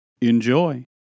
Enjoy